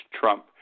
trump